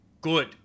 Good